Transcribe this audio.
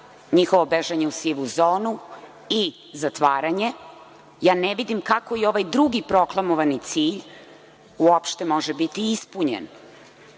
njihovo bežanje u sivu zonu i zatvaranje, ja ne vidim kako ovaj drugi proklamovani cilj uopšte može biti ispunjen,